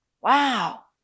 Wow